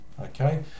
Okay